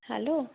hello